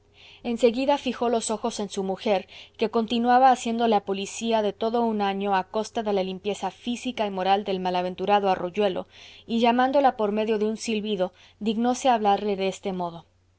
seguida fijó los ojos en su mujer que continuaba haciendo la policía de todo un año a costa de la limpieza física y moral del malaventurado arroyuelo y llamándola por medio de un silbido dignóse hablarle de este modo